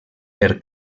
per